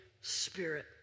Spirit